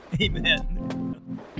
Amen